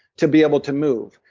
to be able to move.